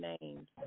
names